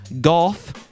golf